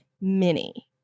mini